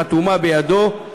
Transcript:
חתומה בידו,